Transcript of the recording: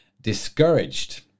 discouraged